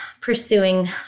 pursuing